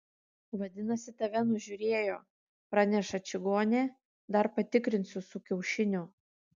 vadinasi tave nužiūrėjo praneša čigonė dar patikrinsiu su kiaušiniu